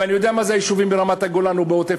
ואני יודע מה זה היישובים ברמת-הגולן ובעוטף-עזה,